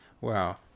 Wow